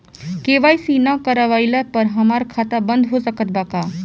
KYC ना करवाइला पर हमार खाता बंद हो सकत बा का?